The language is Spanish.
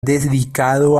dedicado